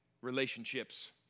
relationships